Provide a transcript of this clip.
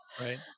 right